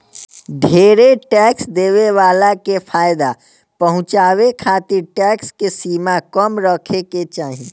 ढेरे टैक्स देवे वाला के फायदा पहुचावे खातिर टैक्स के सीमा कम रखे के चाहीं